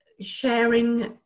sharing